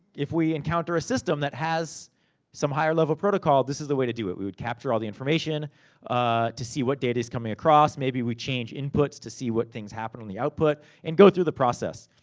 if we encounter a system that has some higher level protocol, this is the way to do it. we would capture all the information ah to see what data's coming across. maybe we change inputs to see what things happen on the output. and go through the process.